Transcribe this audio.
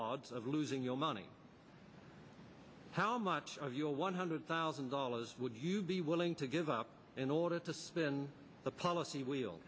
odds of losing your money how much of your one hundred thousand dollars would you be willing to give up in order to spin the policy w